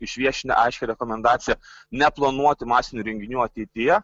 išviešinę aiškią rekomendaciją neplanuoti masinių renginių ateityje